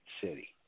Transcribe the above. city